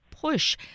push